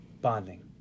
bonding